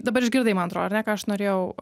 dabar išgirdai man atrodo ar ne ką aš norėjau